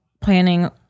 planning